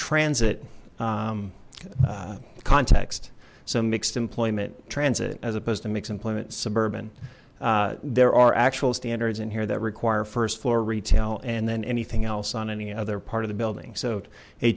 transit context some mixed employment transit as opposed to mix employment suburban there are actual standards in here that require first floor retail and then anything else on any other part of the building so